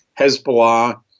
Hezbollah